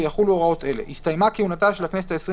ויחולו הוראות אלה: הסתיימה כהונתה של הכנסת העשרים